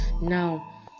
Now